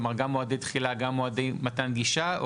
כלומר מועדי תחילה גם מועדי מתן גישה?